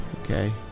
Okay